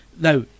Now